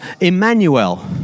Emmanuel